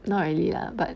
not really lah but